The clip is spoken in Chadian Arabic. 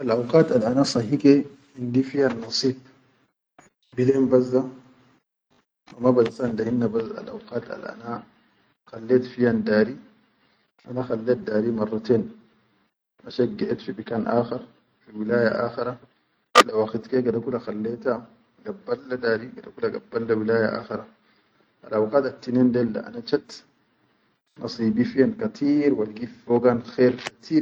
Al auqat al ana sahi ke indi fiya nasib bilen bas da hau ma bansan da hinne bas al auqat al ana khallet fiyan dari ana khallet dari marraten mashet gaid fi bikan akhar fi wulaya akhara dadda waqit ke kula khalleta gabbal le dari gide gabbal wulaya akhara, alauqat al tinen del da ana chat na sibi fihum kateer wa ligiyin fogan khair.